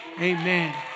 Amen